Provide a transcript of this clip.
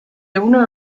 owner